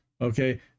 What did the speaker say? Okay